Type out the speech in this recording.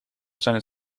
zinnen